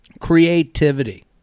Creativity